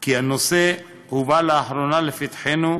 כי הנושא הובא לאחרונה לפתחנו,